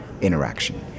interaction